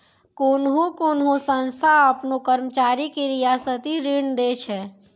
कोन्हो कोन्हो संस्था आपनो कर्मचारी के रियायती ऋण दै छै